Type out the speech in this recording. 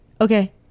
Okay